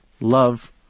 Love